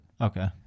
Okay